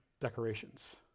decorations